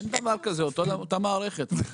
אין דבר כזה, זה אותה מערכת.